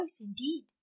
indeed